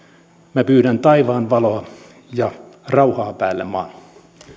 mä pyydän taivaan valoa ja rauhaa päälle maan